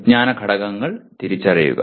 വിജ്ഞാന ഘടകങ്ങൾ തിരിച്ചറിയുക